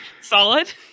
Solid